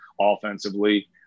offensively